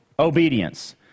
obedience